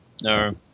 No